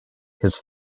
his